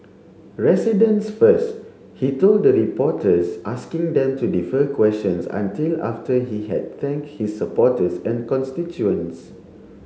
residents first he told the reporters asking them to defer questions until after he had thanked his supporters and constituents